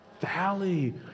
Valley